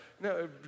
no